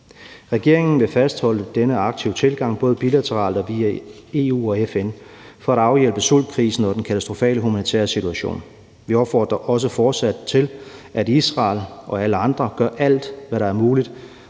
Regeringen vil fastholde denne aktive tilgang, både bilateralt og via FN, for at afhjælpe sultkrisen og den katastrofale humanitære situation. Vi opfordrer også fortsat til, at Israel og alle andre gør alt, hvad der er muligt,